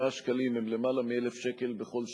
שקלים הם למעלה מ-1,000 שקלים בכל שנה,